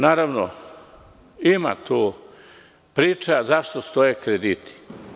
Naravno, ima tu priča zašto stoje krediti.